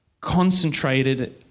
concentrated